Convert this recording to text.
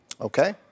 Okay